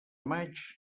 maig